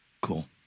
Cool